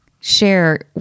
share